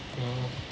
ah